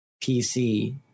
pc